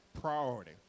priority